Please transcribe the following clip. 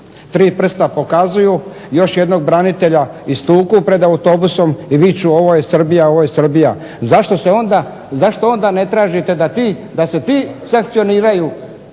tri prsta pokazuju, još jednog branitelja istuku pred autobusom i viču "Ovo je Srbija, ovo je Srbija". Zašto onda ne tražite da se ti sankcioniraju,